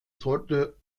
sollte